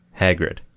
Hagrid